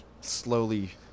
Slowly